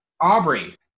Aubrey